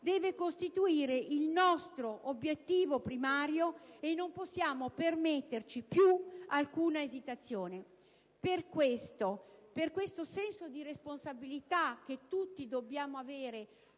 deve costituire il nostro obiettivo primario, rispetto al quale non possiamo permetterci alcuna esitazione. Per il senso di responsabilità che tutti dobbiamo avere